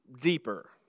deeper